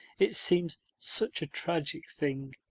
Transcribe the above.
it seems such a tragic thing.